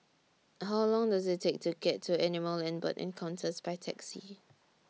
How Long Does IT Take to get to Animal and Bird Encounters By Taxi